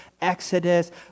Exodus